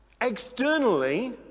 externally